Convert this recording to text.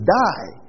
die